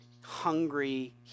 hungry